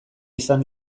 izan